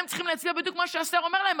הם צריכים להצביע בדיוק מה שהשר אומר להם.